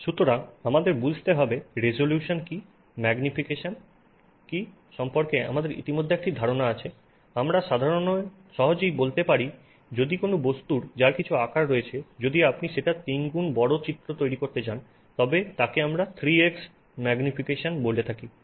সুতরাং আমাদের বুঝতে হবে রেজোলিউশন কী ম্যাগনিফিকেশন সম্পর্কে আমাদের ইতিমধ্যে একটি ধারণা আছে আমরা সহজেই বলতে পারি যদি কোনও বস্তুর যার কিছু আকার রয়েছে যদি আপনি সেটার 3 গুন বড় চিত্রটি তৈরি করতে পারেন তবে তাকে আমরা 3x ম্যাগনিফিকেশন বলে থাকি